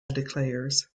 declares